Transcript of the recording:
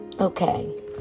okay